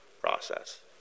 process